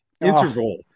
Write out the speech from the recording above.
interval